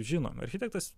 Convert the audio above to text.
žinoma architektas